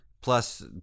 Plus